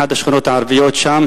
לאחת השכונות הערביות שם,